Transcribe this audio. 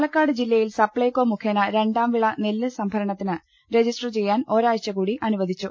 പാലക്കാട് ജില്ലയിൽ സപ്ലൈകോ മുഖേന രണ്ടാം വിള നെല്ല് സംഭരണത്തിന് രജിസ്റ്റർ ചെയ്യാൻ ഒരാഴ്ച കൂടി അനുവദിച്ചു